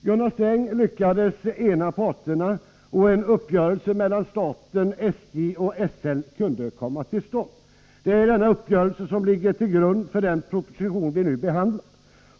Gunnar Sträng lyckades ena parterna, och en uppgörelse mellan staten, SJ och SL kunde komma till stånd. Det är denna uppgörelse som ligger till grund för den proposition vi nu behandlar.